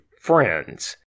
friends